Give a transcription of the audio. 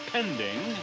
Pending